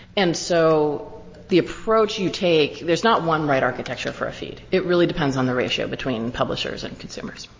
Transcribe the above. and so the approach you take there's not one right architecture for a feed. it really depends on the ratio between publishers and consumers.